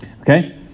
Okay